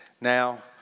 Now